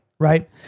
right